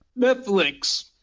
Netflix